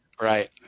right